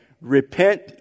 Repent